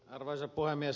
arvoisa puhemies